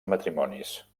matrimonis